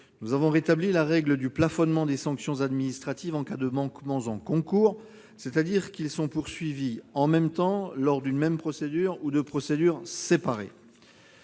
nous avons rétabli la règle de plafonnement des sanctions administratives en cas de manquement en concours, c'est-à-dire lorsqu'ils sont poursuivis en même temps, lors d'une même procédure ou de procédures séparées.